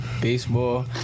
baseball